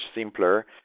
simpler